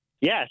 Yes